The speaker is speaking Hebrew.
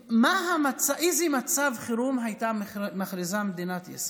איזה מצב חירום הייתה מכריזה מדינת ישראל?